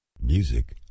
Music